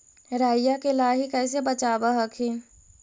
राईया के लाहि कैसे बचाब हखिन?